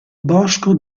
bosco